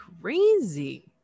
crazy